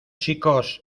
chicos